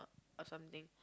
or something